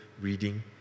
reading